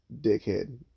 dickhead